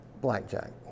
Blackjack